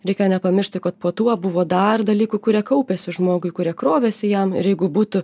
reika nepamiršti kad po tuo buvo dar dalykų kurie kaupėsi žmogui kurie krovėsi jam ir jeigu būtų